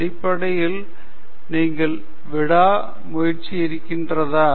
அடிப்படையில் நீங்கள் விடாமுயற்சி இருக்கிறதா